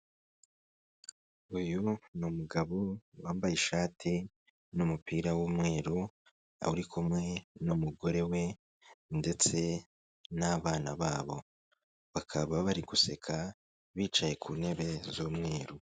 Uyu ni umugabo wambaye ishati n'umupira w'umweru uri kumwe n'umugore we ndetse n'abana babo bakaba bari guseka bicaye ku ntebe z'umweru.